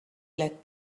led